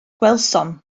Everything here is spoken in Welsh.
gwelsom